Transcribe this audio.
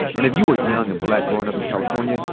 and if you were young and black growin' up in california,